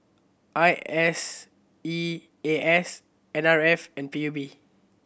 I S E A S N R F and P U B